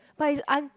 but is un~